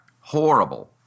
Horrible